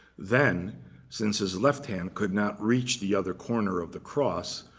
then since his left hand could not reach the other corner of the cross,